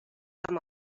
amb